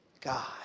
God